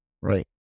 right